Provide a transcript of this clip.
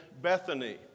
Bethany